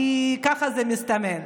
כי כך מסתמן.